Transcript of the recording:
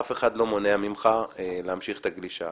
אף אחד לא מונע ממך להמשיך את הגלישה.